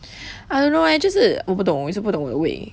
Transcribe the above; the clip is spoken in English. I don't know eh 就是我不懂我也是不懂我的胃